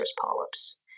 polyps